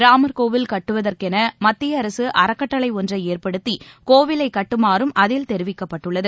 ராமர் கோவில் கட்டுவதற்கென மத்திய அரசு அறக்கட்டளை ஒன்றை ஏற்படுத்தி கோவிலை கட்டுமாறும் அதில் தெரிவிக்கப்பட்டுள்ளது